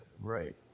Right